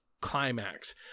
climax